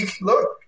look